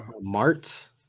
Mart